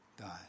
die